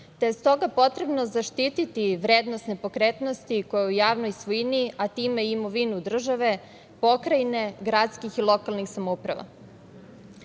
te je stoga potrebno zaštiti vrednost nepokretnosti koji je u javnoj svojini, a time i imovinu države, pokrajine, gradskih i lokalnih samouprava.